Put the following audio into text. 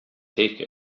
take